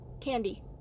candy